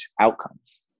outcomes